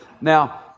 Now